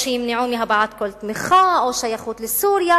שיימנעו מהבעת כל תמיכה או שייכות לסוריה,